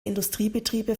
industriebetriebe